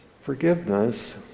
Forgiveness